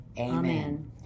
Amen